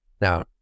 Now